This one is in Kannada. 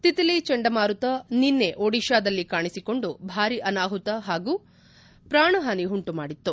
ತಿಕ್ಲಿ ಚಂಡಮಾರುತ ನಿನ್ನೆ ಒಡಿಶಾದಲ್ಲಿ ಕಾಣಿಸಿಕೊಂಡು ಭಾರಿ ಅನಾಹುತ ಹಾಗೂ ಪ್ರಾಣ ಹಾನಿ ಉಂಟು ಮಾಡಿತ್ತು